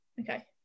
Okay